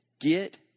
Get